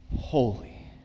Holy